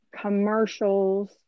commercials